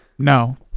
No